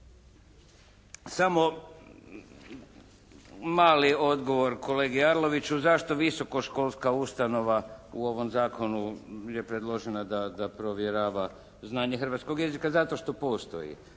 Samo mali odgovor kolegi Arloviću zašto visokoškolska ustanova u ovom zakonu je predložena da provjerava znanje hrvatskog jezika. Zato što postoji.